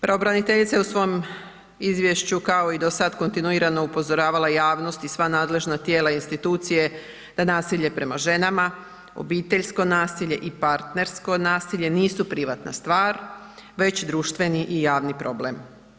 Pravobraniteljica je u svom izvješću kao i do sad kontinuirano upozoravala javnost i sva nadležna tijela i institucije da nasilje prema ženama, obiteljsko nasilje i partnersko nasilje nisu privatna stvar već društveni i javni problem.